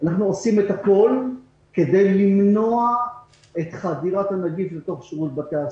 אנחנו עושים הכול כדי למנוע חדירה של הנגיף לתוך שירות בתי הסוהר.